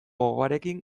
gogoarekin